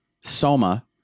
Soma